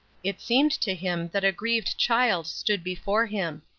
it seemed to him that a grieved child stood before him.